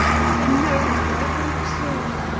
heaven knows i hope so,